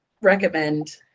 recommend